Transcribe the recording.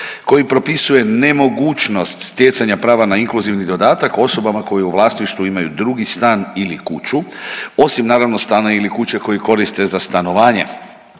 koji propisuje nemogućnost stjecanja prava na inkluzivni dodatak osobe koje u vlasništvu imaju drugi stan ili kuću, osim naravno, stana ili kuće koji koriste za stanovanje,